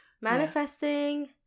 Manifesting